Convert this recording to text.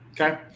okay